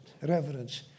reverence